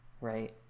right